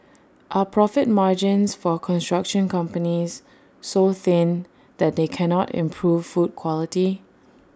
are profit margins for construction companies so thin that they can not improve food quality